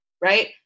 right